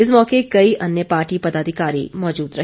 इस मौके कई अन्य पार्टी पदाधिकारी मौजूद रहे